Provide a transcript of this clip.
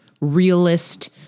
realist